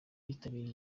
bitabiriye